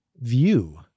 view